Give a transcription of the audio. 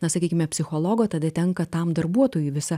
na sakykime psichologo tada tenka tam darbuotojui visa